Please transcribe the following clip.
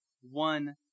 one